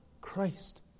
Christ